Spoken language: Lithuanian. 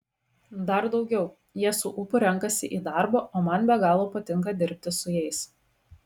dar daugiau jie su ūpu renkasi į darbą o man be galo patinka dirbti su jais